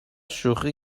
شوخی